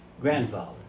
grandfather